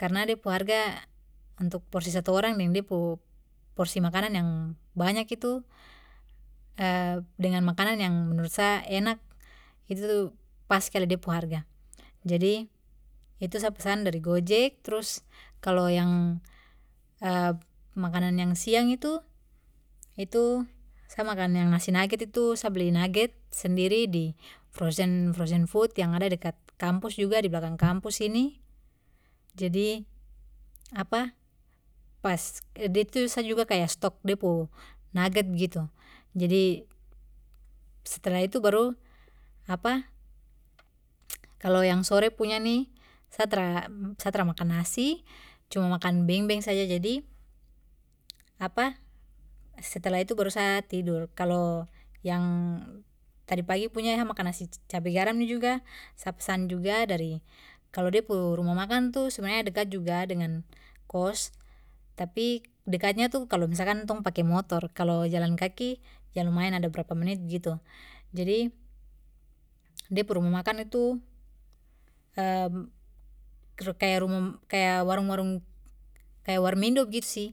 Karena da pu harga untuk porsi satu orang deng de pu porsi makanan yang banyak itu, dengan makanan yang menurut sa enak, itu tu pas skali da pu harga. Jadi, itu sa pesan dari gojek. Trus kalo yang makanan yang siang itu, itu sa makan yang nasi naget itu sa beli naget sendiri di frozen- frozen food yang ada dekat kampus juga, di belakang kampus ini. Jadi pas sa juga kaya stok de pu naget begitu. Jadi setelah itu baru. Kalau yang sore punya ni sa tra- sa tra makan nasi, cuma makan beng-beng saja. Jadi setelah itu baru sa tidur. Kalo yang tadi pagi punya yang sa makan nasi cabe garam ni juga sa pesan juga dari, kalo de ruma makan tu sebenarnya dekat juga dengan kost, tapi dekatnya tu kalo misalkan tong pake motor, kalau jalan kaki ya lumayan ada berapa menit begitu. Jadi de pu ruma makan itu kaya ruma, kaya warung-warung, kaya warmindo begitu sih.